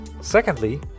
Secondly